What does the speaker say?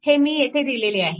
हे मी येथे दिलेले आहे